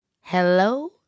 hello